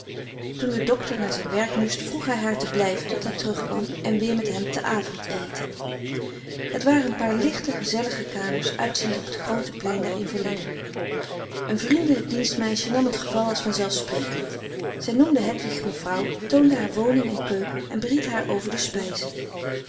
toen de docter naar zijn werk moest vroeg hij haar te blijven tot hij terug kwam en weer met hem te avond te eten het waren een paar lichte gezellige kamers uitziend op het groote plein der invaliden een vriendelijk dienstmeisje nam het geval als van zelf sprekend zij noemde hedwig mevrouw toonde haar woning en keuken en beried haar over de spijzen